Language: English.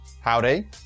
Howdy